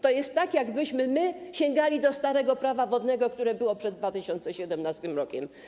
To jest tak, jakbyśmy sięgali do starego Prawa wodnego, które było przed 2017 r.